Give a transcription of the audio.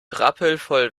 rappelvoll